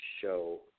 show